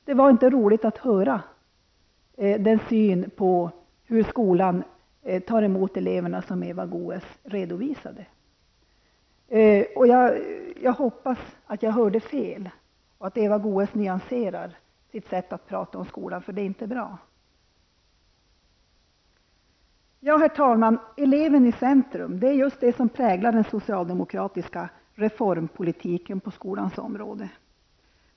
Det var inte roligt att höra den syn på hur skolan tar emot eleverna som Eva Goe s redovisade. Jag hoppas att jag hörde fel och att Eva Goe s nyanserar sitt sätt att prata om skolan, för det är inte bra. Herr talman! Den socialdemokratiska reformpolitiken på skolans område präglas av -- eleven i centrum.